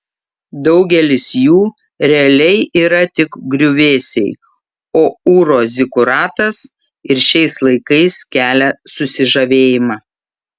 daugelis jų realiai yra tik griuvėsiai o ūro zikuratas ir šiais laikais kelia susižavėjimą